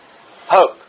hope